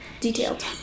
Detailed